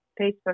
Facebook